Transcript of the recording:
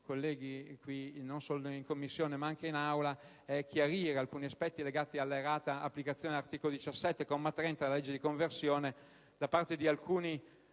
colleghi, non solo in Commissione ma anche in Aula, è chiarire alcuni aspetti legati all'errata applicazione dell'articolo 17, comma 30 della legge di conversione da parte di alcune